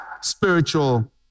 spiritual